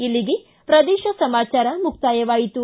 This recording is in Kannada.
ಇಲ್ಲಿಗೆ ಪ್ರದೇಶ ಸಮಾಚಾರ ಮುಕ್ತಾಯವಾಯಿತು